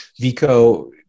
Vico